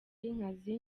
y’inkazi